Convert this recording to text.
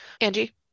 angie